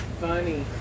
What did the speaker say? funny